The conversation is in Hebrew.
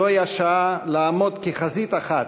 זוהי השעה לעמוד כחזית אחת,